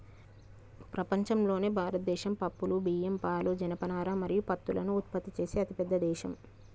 ప్రపంచంలోనే భారతదేశం పప్పులు, బియ్యం, పాలు, జనపనార మరియు పత్తులను ఉత్పత్తి చేసే అతిపెద్ద దేశం